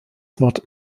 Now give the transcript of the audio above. wort